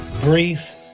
brief